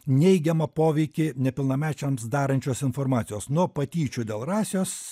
neigiamą poveikį nepilnamečiams darančios informacijos nuo patyčių dėl rasės